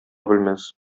белмәс